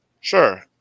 Sure